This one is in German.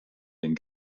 den